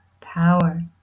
power